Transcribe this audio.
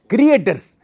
Creators